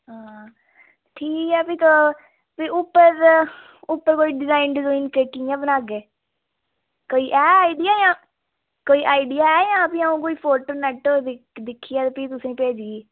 हां ठीक ऐ फ्ही फ्ही उप्पर उप्पर कोई डिजाईन कि'यां बनाह्गे कोई ऐ आइडिया जां कोई आइडिया ऐ जां फ्ही अं'ऊ कोई नेट उप्पर दिक्खियै फ्ही तुसेंगी भेजगी